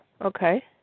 Okay